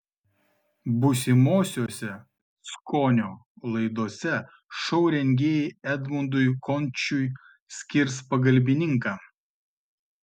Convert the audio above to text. būsimosiose skonio laidose šou rengėjai edmundui končiui skirs pagalbininką